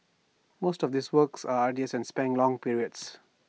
most of these works are arduous and span long periods